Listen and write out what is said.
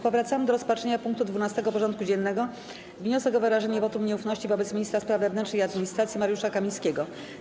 Powracamy do rozpatrzenia punktu 12. porządku dziennego: Wniosek o wyrażenie wotum nieufności wobec Ministra Spraw Wewnętrznych i Administracji Mariusza Kamińskiego.